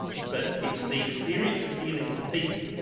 but it's the experience of dealing with the people,